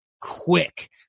quick